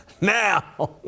Now